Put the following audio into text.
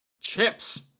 chips